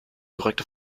korrekte